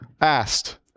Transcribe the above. asked